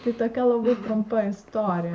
tai tokia labai trumpa istorija